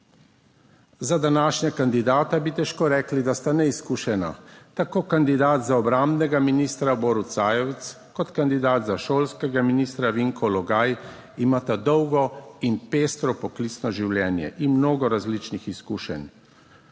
Za današnja kandidata bi težko rekli, da sta neizkušena. Tako kandidat za obrambnega ministra Boruta Sajovica kot kandidat za šolskega ministra Vinko Logaj imata dolgo in pestro poklicno življenje in mnogo različnih izkušenj.